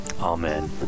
Amen